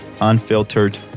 unfiltered